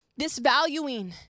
disvaluing